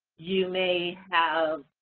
you may have,